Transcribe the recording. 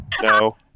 No